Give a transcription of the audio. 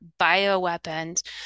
bioweapons